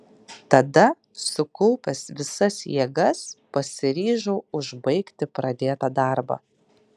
tada sukaupęs visas jėgas pasiryžau užbaigti pradėtą darbą